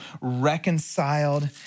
reconciled